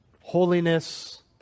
Holiness